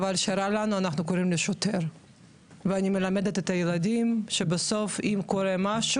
אבל השר יכול להנחות במסגרת סמכותו